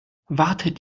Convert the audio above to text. wartet